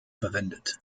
verwendet